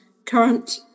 current